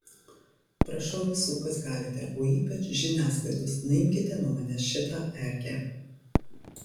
prašau visų kas galite o ypač žiniasklaidos nuimkite nuo manęs šitą erkę